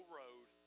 road